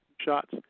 shots